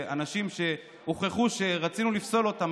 שאנשים שהוכח שרצינו לפסול אותם,